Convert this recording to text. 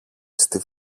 στη